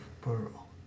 pearl